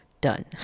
done